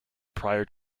prior